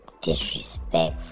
disrespectful